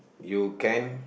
you can